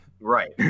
Right